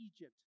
Egypt